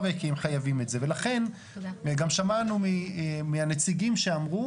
אני חושב שאתה בעצמך גוזר על המתיישבים גזרה שווה,